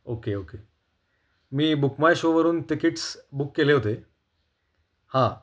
okay okay मी बुकमायशोवरून tickets book केले होते हां